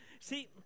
See